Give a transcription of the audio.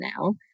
now